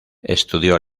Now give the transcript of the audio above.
estudió